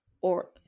Or-